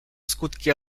skutki